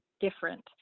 different